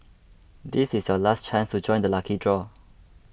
this is your last chance to join the lucky draw